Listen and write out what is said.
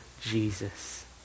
Jesus